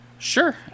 Sure